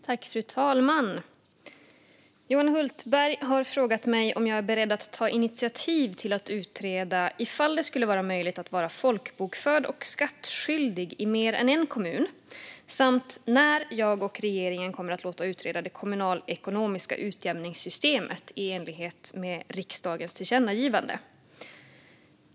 Fru talman! Johan Hultberg har frågat mig om jag är beredd att ta initiativ till att utreda ifall det skulle vara möjligt att vara folkbokförd och skattskyldig i mer än en kommun samt när jag och regeringen kommer att låta utreda det kommunalekonomiska utjämningssystemet i enlighet med riksdagens tillkännagivande.